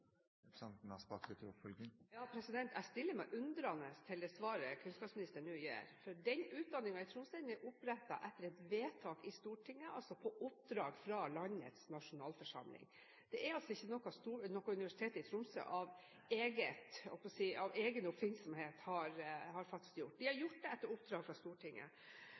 Jeg stiller meg undrende til det svaret kunnskapsministeren nå gir, for denne utdanningen i Tromsø er opprettet etter et vedtak i Stortinget – altså på oppdrag fra landets nasjonalforsamling. Det er altså ikke noe Universitetet i Tromsø har gjort av egen oppfinnsomhet – de har gjort det etter oppdrag fra Stortinget.